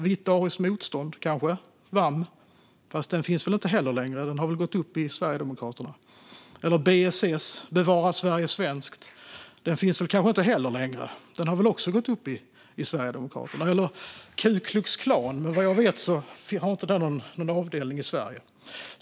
Vitt ariskt motstånd, VAM, kanske? Fast den finns väl inte längre - den har väl gått upp i Sverigedemokraterna. Eller BSS, Bevara Sverige svenskt? Den finns kanske inte heller längre - den har väl också gått upp i Sverigedemokraterna. Eller Ku Klux Klan? Men vad jag vet har de ingen avdelning i Sverige.